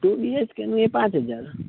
to બીએચકેનું એ પાંચ હજાર